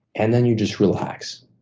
and then you just relax.